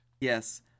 Yes